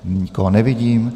Nikoho nevidím.